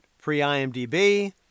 pre-IMDB